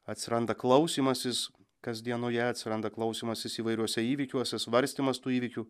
atsiranda klausymasis kasdienoje atsiranda klausymasis įvairiuose įvykiuose svarstymas tų įvykių